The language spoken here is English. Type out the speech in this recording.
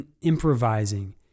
improvising